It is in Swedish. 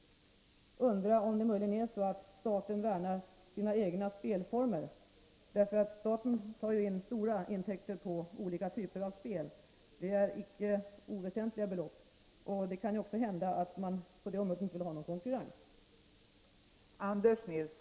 Är det möjligen så att staten värnar sina egna spelformer? Staten tar ju in stora intäkter på olika typer av spel. Det är icke oväsentliga belopp, och det kan hända att staten på det området inte vill ha någon konkurrens.